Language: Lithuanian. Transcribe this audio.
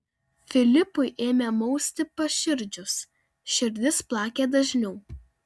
filipui ėmė mausti paširdžius širdis plakė dažniau